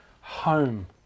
home